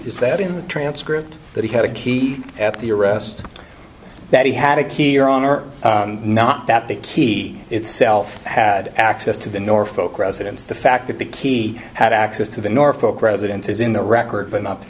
is that in the transcript that he had a key at the arrest that he had a key here on earth not that the key itself had access to the north folk residence the fact that the key had access to the norfolk residence is in the record but not the